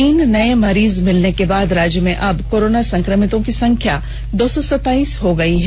तीन नए मरीज मिलने के बाद राज्य में अब कोरोना संक्रमितों की संख्या दो सौ सताईस हो गई है